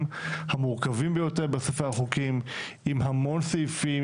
המורכבים ביותר בספר החוקים עם המון סעיפים,